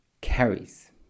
carries